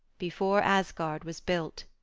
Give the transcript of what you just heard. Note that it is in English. before asgard was built,